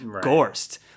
gorst